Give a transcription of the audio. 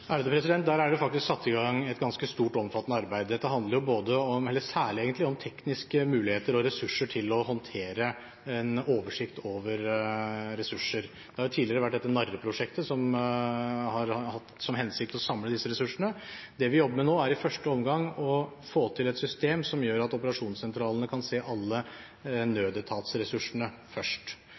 Der er det faktisk satt i gang et ganske stort og omfattende arbeid. Dette handler særlig om tekniske muligheter og ressurser til å håndtere en oversikt over ressurser. Tidligere har det vært dette NARRE-prosjektet, som har hatt som hensikt å samle disse ressursene. Det vi jobber med nå, er i første omgang å få til et system som gjør at operasjonssentralene kan se alle nødetatsressursene først,